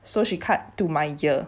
so she cut to my ear